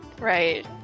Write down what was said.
right